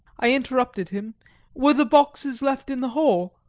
i interrupted him were the boxes left in the hall?